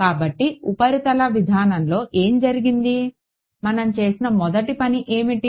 కాబట్టి ఉపరితల విధానంలో ఏమి జరిగింది మనం చేసిన మొదటి పని ఏమిటి